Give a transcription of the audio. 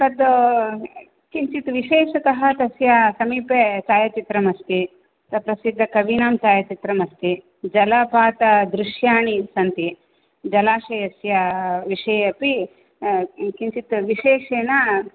तद् किञ्चित् विशेषतः तस्य समीपे छायाचित्रमस्ति तस्य कवीनां छायाचित्रमस्ति जलपातदृश्यानि सन्ति जलाशयस्य विषयेऽपि किञ्चित् विशेषेण